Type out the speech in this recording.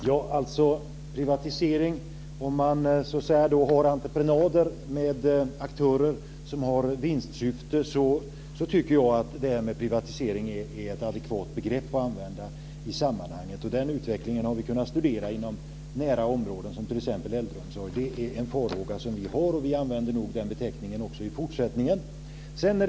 Fru talman! Privatisering: Om man har entreprenader med aktörer som har vinstsyfte tycker jag att privatisering är ett adekvat begrepp att använda. Den utvecklingen har vi kunnat studera inom nära områden, t.ex. inom äldreomsorgen. Det är en farhåga som vi har, och vi tänker använda den beteckningen också i fortsättningen.